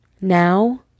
now